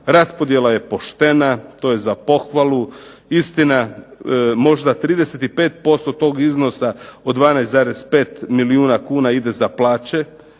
Raspodjela je poštena, to je za pohvalu. Istina, možda 35% tog iznosa od 12,5 milijuna kuna ide za plaće,